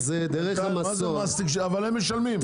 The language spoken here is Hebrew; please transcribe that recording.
הם משלמים.